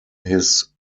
his